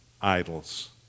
idols